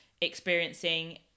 experiencing